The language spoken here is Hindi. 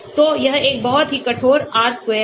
तो यह एक बहुत ही कठोर R square है